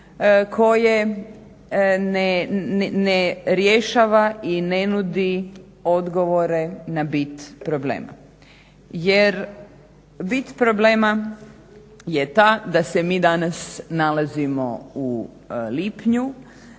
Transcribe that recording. koje ne rješava i ne nudi odgovore na bit problema. Jer bit problema je ta da se mi danas nalazimo u lipnju,